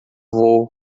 vôo